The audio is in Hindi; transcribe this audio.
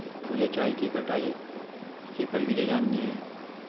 मुझे चाय की कटाई की प्रक्रिया जाननी है